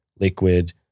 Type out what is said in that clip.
liquid